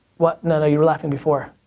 what, no, no, you were laughing before.